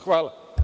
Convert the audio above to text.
Hvala.